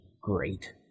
great